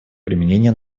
применения